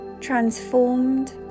transformed